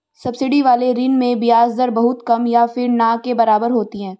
subsidy वाले ऋण में ब्याज दर बहुत कम या फिर ना के बराबर होती है